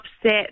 upset